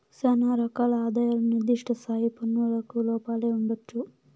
శానా రకాల ఆదాయాలు నిర్దిష్ట స్థాయి పన్నులకు లోపలే ఉండొచ్చు